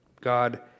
God